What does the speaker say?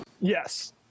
Yes